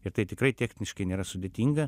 ir tai tikrai techniškai nėra sudėtinga